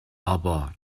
ابا